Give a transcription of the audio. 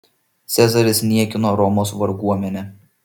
cezaris niekino romos varguomenę